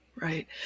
Right